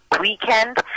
weekend